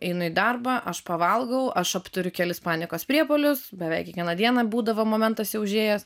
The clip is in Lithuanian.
einu į darbą aš pavalgau aš apturiu kelis panikos priepuolius beveik kiekvieną dieną būdavo momentas jau užėjęs